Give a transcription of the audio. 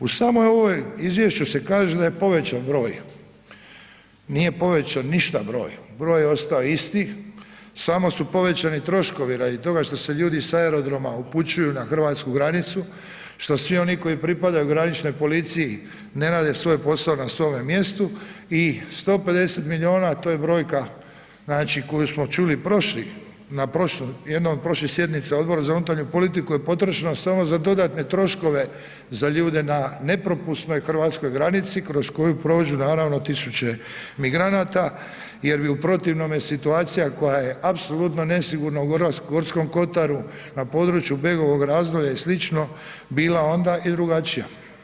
U samoj ovoj izvješću se kaže da je povećan broj, nije povećan ništa broj, broj je ostao isti, samo su povećani troškovi radi toga što se ljudi sa aerodroma upućuju na hrvatsku granicu, što svi oni koji pripadaju graničnoj policiji ne rade svoj posao na svome mjestu i 150 milijuna, to je brojka, znači koju smo čuli prošli, na jednoj od prošlih sjednica Odbora za unutarnju politiku je potrošeno samo za dodatne troškove za ljude na nepropusnoj hrvatskoj granici kroz koju prođu naravno tisuće migranata jer bi u protivnome situacija koja je apsolutno nesigurna u Gorskom kotaru na području Begovog Razdolja i sl. bila onda i drugačija.